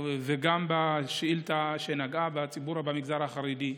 וגם בשאילתה שנגעה בציבור במגזר החרדי,